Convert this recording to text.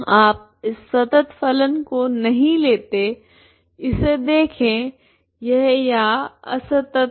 आप इस संतत फलन को नहीं लेते इसे देखें यह यहाँ असंतत है